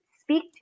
speak